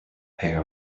pair